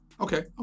Okay